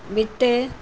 விட்டு